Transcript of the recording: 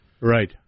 Right